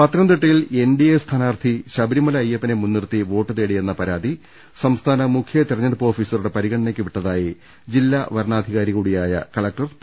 പത്തനംതിട്ടയിൽ N D A സ്ഥാനാർത്ഥി ശബരിമല അയ്യ പ്പനെ മുൻനിർത്തി വോട്ടു തേടിയെന്ന പരാതി സംസ്ഥാന മുഖൃതെരഞ്ഞെ ടുപ്പ് ഓഫീസറുടെ പരിഗണനയ്ക്കു വിട്ടതായി ജില്ലാ വരണാധികാരി കൂടിയായ കലക്ടർ പി